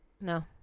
No